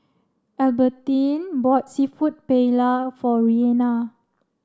Albertine bought Seafood Paella for Reina